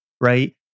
right